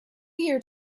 year